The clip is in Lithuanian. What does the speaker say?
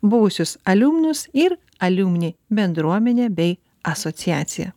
buvusius aliumnus ir aliumni bendruomenę bei asociaciją